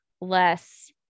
less